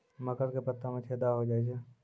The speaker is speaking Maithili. मकर के पत्ता मां छेदा हो जाए छै?